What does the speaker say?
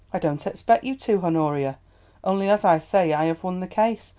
i don't expect you to, honoria only, as i say, i have won the case,